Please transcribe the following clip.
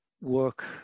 work